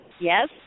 Yes